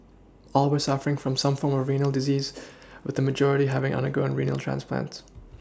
all were suffering from some form of renal disease with the majority having undergone renal transplants